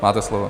Máte slovo.